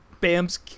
Bam's